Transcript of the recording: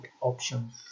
options